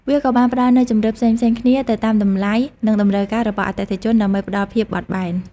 វាក៏បានផ្តល់នូវជម្រើសផ្សេងៗគ្នាទៅតាមតម្លៃនិងតម្រូវការរបស់អតិថិជនដើម្បីផ្តល់ភាពបត់បែន។